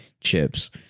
chips